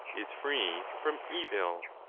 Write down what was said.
is free from evil.